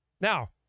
Now